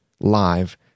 live